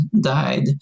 died